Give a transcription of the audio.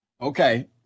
Okay